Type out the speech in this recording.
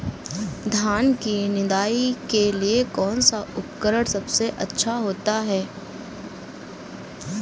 धान की निदाई के लिए कौन सा उपकरण सबसे अच्छा होता है?